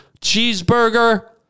cheeseburger